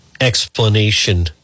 explanation